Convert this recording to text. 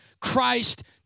Christ